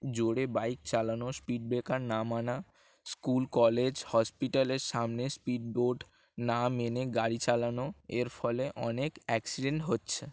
জোরে বাইক চালানো speed breaker না মানা স্কুল কলেজ হসপিটালের সামনে স্পিড বোর্ড না মেনে গাড়ি চালানো এর ফলে অনেক অ্যাক্সিডেন্ট হচ্ছে